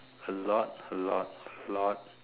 a lot a lot a lot